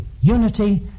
unity